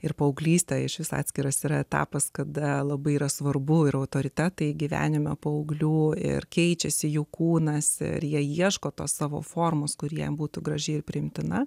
ir paauglystę išvis atskiras yra etapas kada labai yra svarbu ir autoritetai gyvenime paauglių ir keičiasi jų kūnas ir jie ieško tos savo formos kuri jam būtų graži ir priimtina